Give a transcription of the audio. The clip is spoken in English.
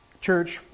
church